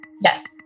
Yes